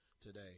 today